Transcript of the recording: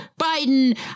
Biden